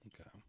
Okay